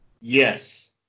Yes